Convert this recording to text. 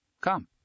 Come